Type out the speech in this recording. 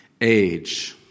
age